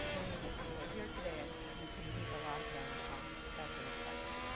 many of these people are here today. and you can meet a lot of them at the reception.